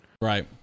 Right